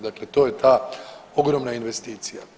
Dakle, to je ta ogromna investicija.